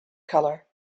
color